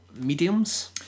mediums